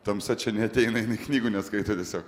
tamsa čia neateina knygų neskaito tiesiog